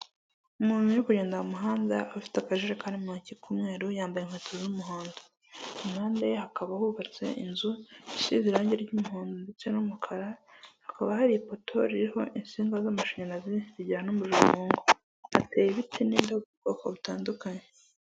Umuntu uri kugenda mu muhanda, afite akajare ka mutoki k'umweru, yambaye inkweto z'umuhondo. Impande ye hakaba hubatse inzu, isize irangi ry'umuhondo ndetse n'umukara, hakaba hari ipoto ririho insinga z'amashanyarazi, zijyana umuriro mu ngo. Hateyeho ibiti by'ubwoko butandukanye.